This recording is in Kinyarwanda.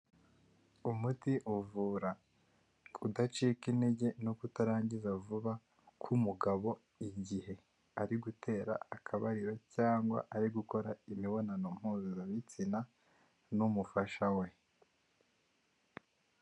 Umuti uvura kudacika intege no kutarangiza vuba k'umugabo igihe ari gutera akabariro cyangwa ari gukora imibonano mpuzabitsina n'umufasha we.